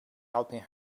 helping